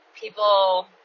people